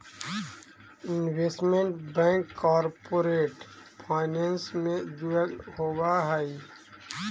investment bank corporate finance से जुड़ल होवऽ हइ